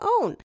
own